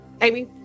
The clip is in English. Amy